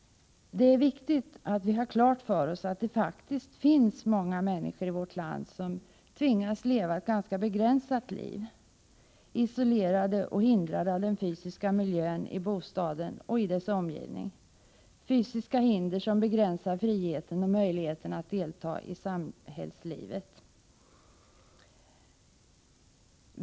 Det är viktigt att vi har klart för oss att det faktiskt finns många människor i vårt land som tvingas leva ett ganska begränsat liv, isolerade och hindrade av den fysiska miljön i bostaden och dess omgivning, fysiska hinder som begränsar friheten och möjligheten att delta i samhällslivet.